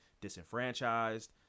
disenfranchised